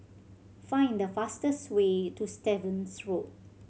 find the fastest way to Stevens Road